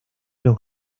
los